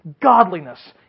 godliness